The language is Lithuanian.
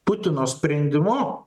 putino sprendimu